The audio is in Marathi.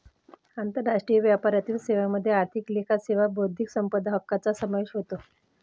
आंतरराष्ट्रीय व्यापारातील सेवांमध्ये आर्थिक लेखा सेवा बौद्धिक संपदा हक्कांचा समावेश होतो